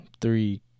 three